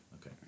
Okay